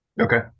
okay